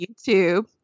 YouTube